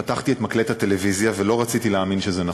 פתחתי את מקלט הטלוויזיה ולא רציתי להאמין שזה נכון.